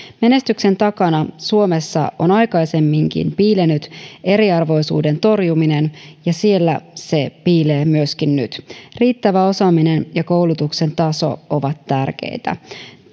menestyksen takana suomessa on aikaisemminkin piilenyt eriarvoisuuden torjuminen ja siellä se piilee myöskin nyt riittävä osaaminen ja koulutuksen taso ovat tärkeitä